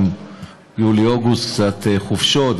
גם יולי-אוגוסט קצת חופשות,